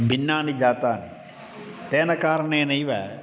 भिन्नानि जातानि तेन कारणेनैव